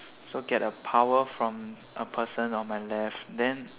so get a power from a person on my left then